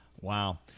Wow